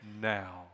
now